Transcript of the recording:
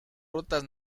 rutas